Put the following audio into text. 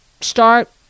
start